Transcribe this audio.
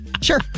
Sure